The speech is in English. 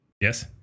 yes